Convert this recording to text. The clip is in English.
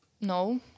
No